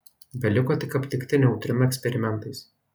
beliko tik aptikti neutriną eksperimentais